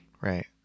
Right